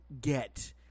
get